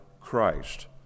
Christ